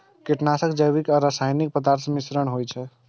कीटनाशक जैविक आ रासायनिक पदार्थक मिश्रण होइ छै